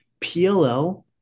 PLL